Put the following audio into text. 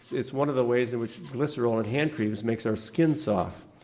it's one of the ways in which glycerol in hand creams makes our skin soft.